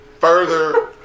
further